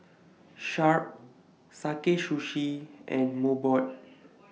Sharp Sakae Sushi and Mobot